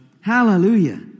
Hallelujah